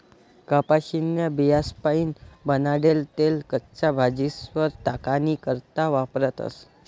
कपाशीन्या बियास्पाईन बनाडेल तेल कच्च्या भाजीस्वर टाकानी करता वापरतस